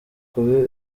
kuba